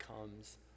comes